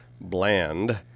Bland